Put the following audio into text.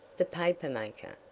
the paper maker,